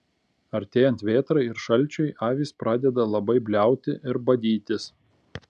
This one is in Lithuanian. artėjant vėtrai ir šalčiui avys pradeda labai bliauti ir badytis